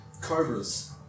cobras